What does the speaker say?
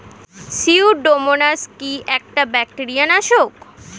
Pseudomonas কি একটা bacteria নাশক?